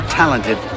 talented